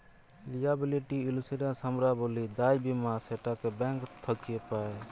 liability insurance হামরা ব্যলি দায় বীমা যেটাকে ব্যাঙ্ক থক্যে পাই